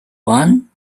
one